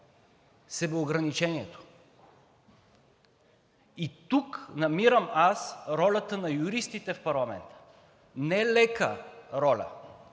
себеограничението. И тук намирам аз ролята на юристите в парламента – нелека роля